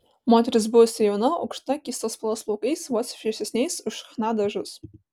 moteris buvusi jauna aukšta keistos spalvos plaukais vos šviesesniais už chna dažus